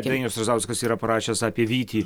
dainius razauskas yra parašęs apie vytį